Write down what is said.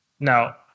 Now